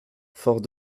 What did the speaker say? fort